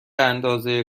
اندازه